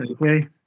Okay